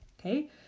Okay